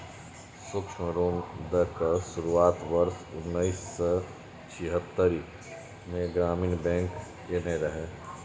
सूक्ष्म ऋण दै के शुरुआत वर्ष उन्नैस सय छिहत्तरि मे ग्रामीण बैंक कयने रहै